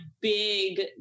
big